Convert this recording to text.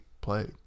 play